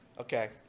Okay